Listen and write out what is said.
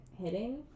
hitting